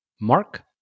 Mark